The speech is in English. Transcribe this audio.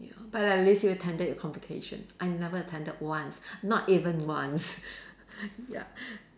ya but at least you attended your convocation I never attended once not even once ya